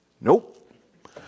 nope